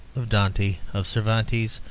of dante, of cervantes,